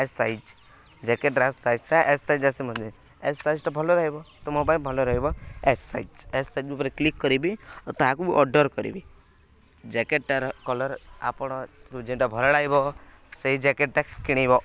S size jacket size S size ଆସି S ସାଇଜ୍ଟା ଭଲ ରହିବ ତ ମୋ ପାଇଁ ଭଲ ରହିବ ଏସ୍ ସାଇଜ୍ ଏସ୍ ସାଇଜ୍ ଉପରେ କ୍ଲିକ୍ କରିବି ଆଉ ତାହାକୁ ଅର୍ଡ଼ର୍ କରିବି ଜ୍ୟାକେଟ୍ଟାର କଲର୍ ଆପଣ ଯେନ୍ଟା ଭଲ ଲାଗିବ ସେଇ ଜ୍ୟାକେଟ୍ଟା କିଣିବ